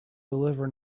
deliver